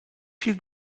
viel